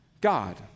God